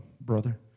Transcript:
brother